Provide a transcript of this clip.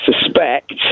suspect